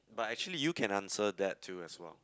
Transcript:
but actually you can answer that too as well